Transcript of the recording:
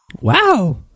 Wow